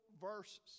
verses